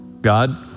God